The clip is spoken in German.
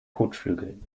kotflügeln